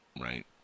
Right